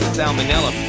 salmonella